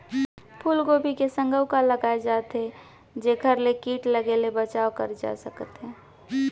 फूलगोभी के संग अऊ का लगाए जाथे सकत हे जेखर ले किट लगे ले बचाव करे जाथे सकय?